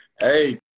Hey